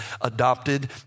adopted